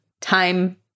time